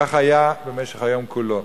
כך היה גם במשך היום כולו.